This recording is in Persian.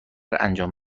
انجام